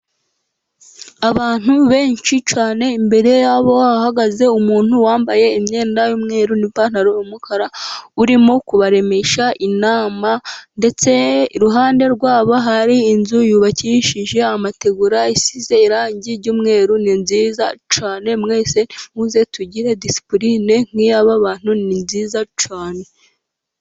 Abantu benshi cyane, imbere yabo hahagaze umuntu wambaye imyenda y'umweru n'ipantaro y'umukara urimo kubaremesha inama, ndetse iruhande rwabo hari inzu yubakishije amategura, isize irangi ry'umweru, ni nziza cyane, mwese muze tugire disipuline nk'iy'aba bantu, ni nziza cyane.